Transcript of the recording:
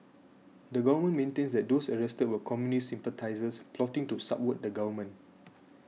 the government maintains that those arrested were communist sympathisers plotting to subvert the government